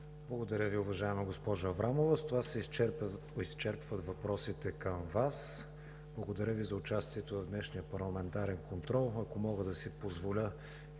Благодаря Ви, уважаема госпожо Аврамова. С това се изчерпват въпросите към Вас. Благодаря Ви за участието в днешния парламентарен контрол. Ако мога да си позволя